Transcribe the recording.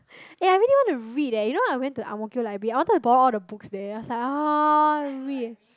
eh I really want to read eh you know I went to Ang-Mo-Kio library I wanted to borrow all the books there is like ah read